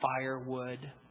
firewood